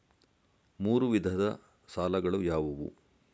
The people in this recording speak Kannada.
ಮೂರು ವಿಧದ ಸಾಲಗಳು ಯಾವುವು?